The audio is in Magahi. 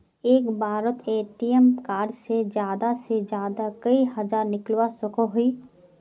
एक बारोत ए.टी.एम कार्ड से ज्यादा से ज्यादा कई हजार निकलवा सकोहो ही?